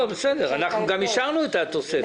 אנחנו אישרנו את התוספת.